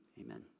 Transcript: Amen